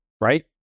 right